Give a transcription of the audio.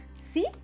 See